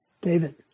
David